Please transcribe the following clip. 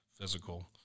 physical